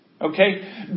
Okay